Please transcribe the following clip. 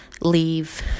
leave